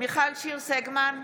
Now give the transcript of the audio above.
מיכל שיר סגמן,